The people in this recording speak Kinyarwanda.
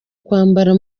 kwambara